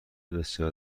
بسیار